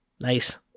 Nice